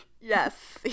yes